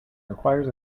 requires